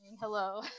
Hello